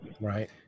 Right